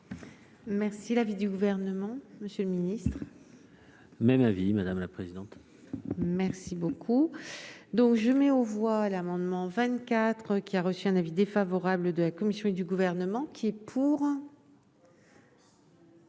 Merci l'avis du gouvernement, Monsieur le Ministre, même avis madame la présidente, merci. Si beaucoup donc je mets aux voix l'amendement 24 qui a reçu un avis défavorable de la commission et du gouvernement. Qui est pour.